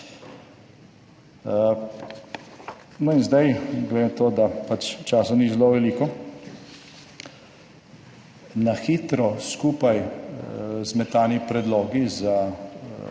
In zdaj, glede na to, da pač časa ni zelo veliko, na hitro skupaj smetani predlogi za